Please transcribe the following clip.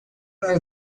are